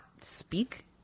speak